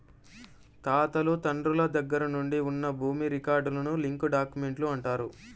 తాతలు తండ్రుల దగ్గర నుంచి ఉన్న భూమి రికార్డులను లింక్ డాక్యుమెంట్లు అంటారు